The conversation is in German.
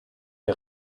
der